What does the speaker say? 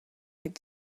could